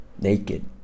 naked